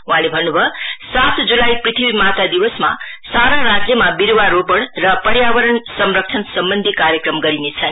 वहाँले भन्न्भयो सात ज्लाई पृथ्वी माता दिवसमा सारा राज्यमा विरुवारोपण र पर्यावरण संरक्षणसम्बन्धी कार्यक्रम गरिनेछन्